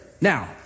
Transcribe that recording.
Now